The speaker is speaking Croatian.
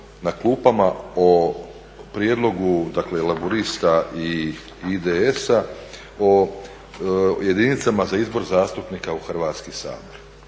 na klupama o prijedlogu dakle Laburista i IDS-a o jedinicama za izbor zastupnika u Hrvatski sabor